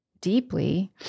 deeply